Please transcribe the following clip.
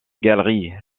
galeries